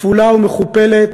כפולה ומכופלת